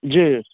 जी